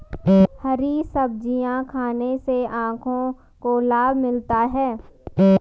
हरी सब्जियाँ खाने से आँखों को लाभ मिलता है